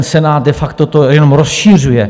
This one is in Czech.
Senát de facto to jenom rozšiřuje.